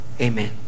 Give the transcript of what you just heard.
Amen